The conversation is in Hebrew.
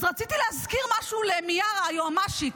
אז רציתי להזכיר משהו למיארה היועמ"שית.